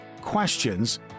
questions